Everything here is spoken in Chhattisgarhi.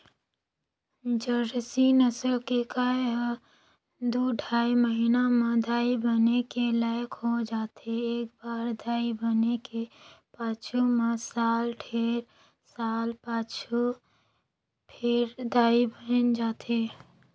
जरसी नसल के गाय ह दू ढ़ाई महिना म दाई बने के लइक हो जाथे, एकबार दाई बने के पाछू में साल डेढ़ साल पाछू फेर दाई बइन जाथे